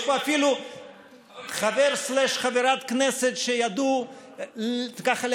יש פה אפילו חבר או חברת כנסת שידעו להכניס